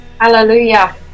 Hallelujah